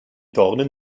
dornen